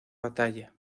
batalla